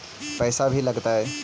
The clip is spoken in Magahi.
पैसा भी लगतय?